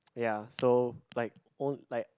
ya so like old like